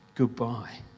goodbye